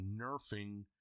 nerfing